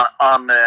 on